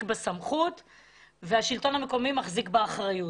בסמכות והשלטון המקומי מחזיק באחריות.